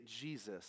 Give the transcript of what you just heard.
Jesus